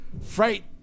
Freight